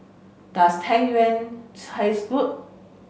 does Tang Yuen taste good